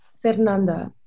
Fernanda